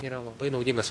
yra labai naudingas